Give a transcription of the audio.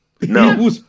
No